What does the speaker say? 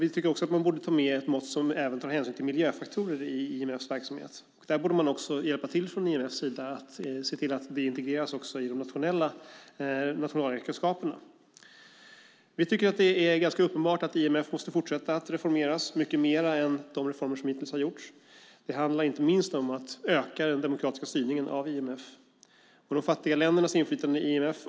Vi tycker också att man borde ta med mått som tar hänsyn till miljöfaktorer i IMF:s verksamhet. IMF borde också hjälpa till och se till att det också integreras i de nationella nationalräkenskaperna. Vi tycker att det är ganska uppenbart att IMF måste fortsätta att reformeras mycket mer än vad som skett genom de reformer som hittills har genomförts. Det handlar inte minst om att öka den demokratiska styrningen av IMF och de fattiga ländernas inflytande i IMF.